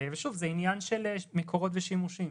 זה עניין של מקורות ושימושים.